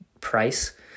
price